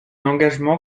engagement